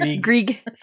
Greg